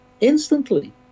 instantly